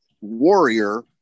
warrior